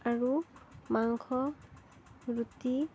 আৰু মাংস ৰুটি